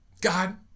God